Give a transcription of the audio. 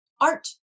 art